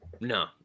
No